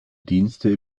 dienste